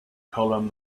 column